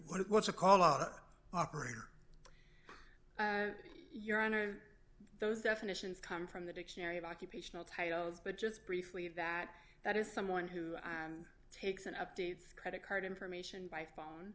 it was a call operator your honor those definitions come from the dictionary of occupational titles but just briefly that that is someone who takes in updates credit card information by phone